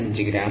025 gram